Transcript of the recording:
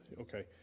Okay